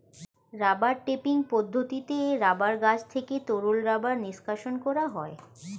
rubber tapping পদ্ধতিতে rubber গাছ থেকে তরল রাবার নিষ্কাশণ করা হয়